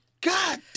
God